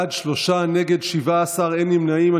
בעד, שלושה, נגד, 17, אין נמנעים.